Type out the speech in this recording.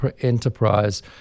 enterprise